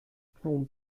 phnom